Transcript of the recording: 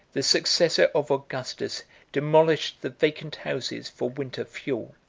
the successor of augustus demolished the vacant houses for winter fuel,